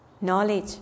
knowledge